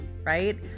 right